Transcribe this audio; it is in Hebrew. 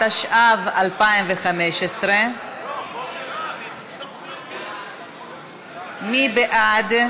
התשע"ו 2015. מי בעד?